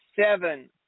seven